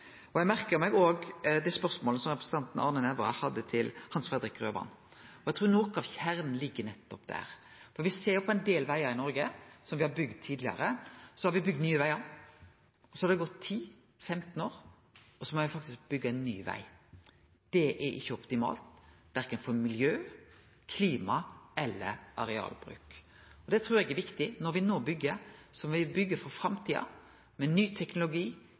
Eg merka meg òg spørsmålet representanten Arve Nævra hadde til Hans Fredrik Grøvan. Eg trur noko av kjernen ligg nettopp der. Ta ein del vegar i Noreg, som me har bygd tidlegare: Me har bygd nye vegar, så har 10–15 år gått, og så må me faktisk byggje ein ny veg. Det er ikkje optimalt, verken for miljø, klima eller arealbruk. Det trur eg er viktig. Når me no byggjer, må me byggje for framtida, med ny teknologi,